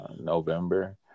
November